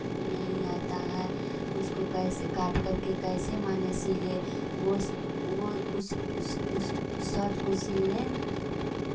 नहीं आता है उसको कैसे काट करके कैसे माने सिलें वो उस उस शर्ट को सिल लें